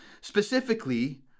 Specifically